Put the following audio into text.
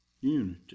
unity